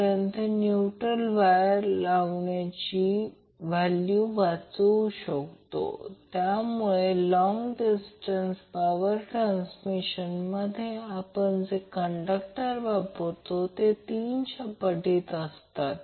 मी जे काही सांगितले त्याचप्रमाणे ते फक्त Vnb आहे आणि त्यांचे मग्निट्यूड Vnb प्रत्यक्षात परिमाण Vnb Vn आहे याला समानपणे ही दिशा मिळेल किंवा ती दिशा मिळेल